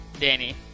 Danny